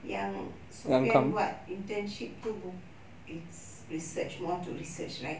yang sofian buat what internship itu bu~ it's research more to research right